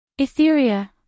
Etheria